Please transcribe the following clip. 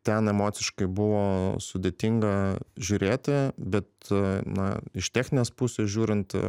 ten emociškai buvo sudėtinga žiūrėti bet na iš techninės pusės žiūrint